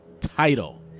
title